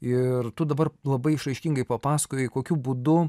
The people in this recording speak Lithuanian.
ir tu dabar labai išraiškingai papasakojai kokiu būdu